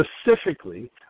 specifically